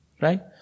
Right